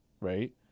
right